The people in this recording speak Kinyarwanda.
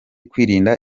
kwirinda